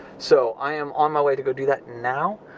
so, i am on my way to go do that now.